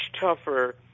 tougher